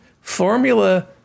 Formula